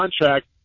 contract